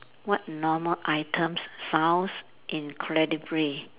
what normal item sounds incredibly